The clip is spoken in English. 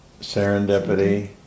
serendipity